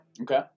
Okay